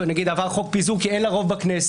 נגיד עבר חוק פיזור כי אין לה רוב בכנסת,